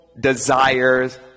desires